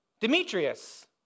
Demetrius